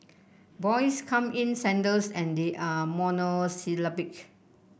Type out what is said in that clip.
boys come in sandals and they are monosyllabic